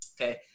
okay